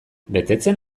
betetzen